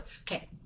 okay